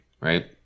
right